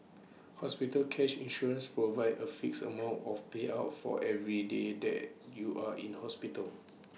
hospital cash insurance provides A fixed amount of payout for every day that you are in hospital